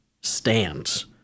stands